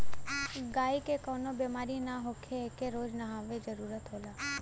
गायी के कवनो बेमारी ना होखे एके रोज नहवावे जरुरत होला